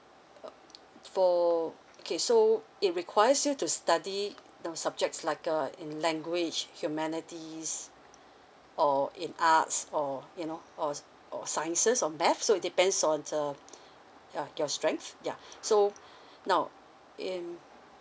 uh for okay so it requires you to study the subjects like uh in language humanities or in arts or you know or s~ or sciences or math so it depends on uh ya your strength ya so now in